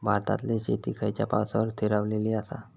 भारतातले शेती खयच्या पावसावर स्थिरावलेली आसा?